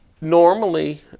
normally